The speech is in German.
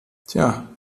tja